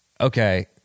okay